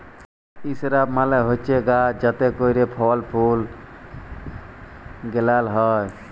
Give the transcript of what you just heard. ইসরাব মালে হছে গাহাচ যাতে ক্যইরে ফল ফুল গেলাল হ্যয়